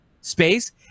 space